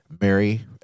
Mary